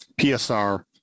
PSR